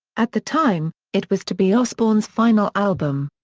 at the time, it was to be osbourne's final album.